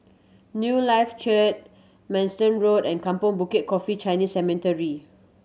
Newlife Church Manston Road and Kampong Bukit Coffee Chinese Cemetery